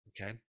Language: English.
Okay